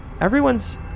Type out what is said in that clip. Everyone's